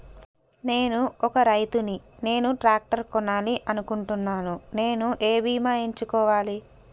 నేను ఒక రైతు ని నేను ట్రాక్టర్ కొనాలి అనుకుంటున్నాను నేను ఏ బీమా ఎంచుకోవాలి?